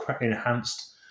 enhanced